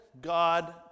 God